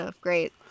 great